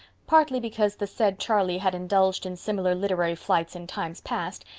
partly because the said charlie had indulged in similar literary flights in times past,